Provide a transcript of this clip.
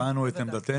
הבענו את עמדתנו,